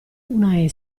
una